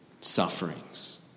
sufferings